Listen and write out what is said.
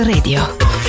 Radio